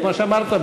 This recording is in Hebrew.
כמו שאמרת,